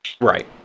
right